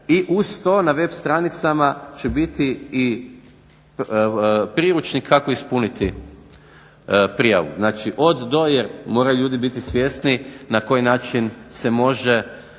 I uz to na web stranicama će biti i priručnik kako ispuniti prijavu. Znači, od – do jer moraju biti svjesni na koji način se može